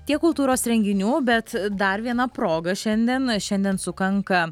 tiek kultūros renginių bet dar viena proga šiandien šiandien sukanka